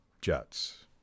jets